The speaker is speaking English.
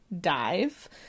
dive